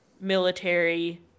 military